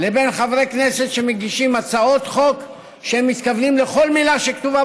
לבין חברי כנסת שמגישים הצעות חוק שהם מתכוונים לכל מילה שכתובה